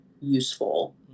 useful